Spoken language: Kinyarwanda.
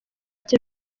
ati